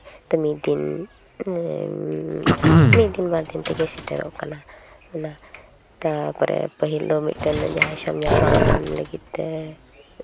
ᱛᱚ ᱢᱤᱫ ᱫᱤᱱ ᱢᱤᱫ ᱫᱤᱱ ᱵᱟᱨ ᱫᱤᱱ ᱛᱮᱜᱮ ᱥᱮᱴᱮᱨᱚᱜ ᱠᱟᱱᱟ ᱚᱱᱟ ᱛᱟᱨᱯᱚᱨᱮ ᱯᱟᱹᱦᱤᱞ ᱫᱚ ᱢᱤᱫᱴᱟᱱ ᱚᱱᱟ ᱡᱟᱦᱟᱸ ᱦᱤᱥᱟᱹᱵ ᱧᱟᱯᱟᱢ ᱞᱟᱹᱜᱤᱫ ᱛᱮ